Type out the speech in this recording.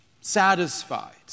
satisfied